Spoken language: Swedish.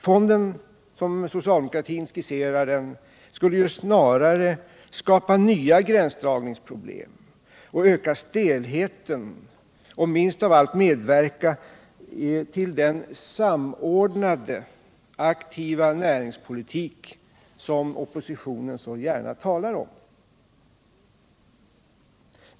Den fond som socialdemokratin skisserar skulle snarare skapa nya gränsdragningsproblem och öka stelheten, och den skulle minst av allt medverka till den samordnade aktiva näringspolitik som oppositionen så gärna talar om.